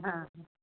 हा हा